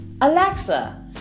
Alexa